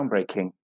groundbreaking